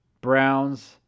Browns